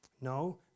No